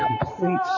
complete